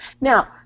Now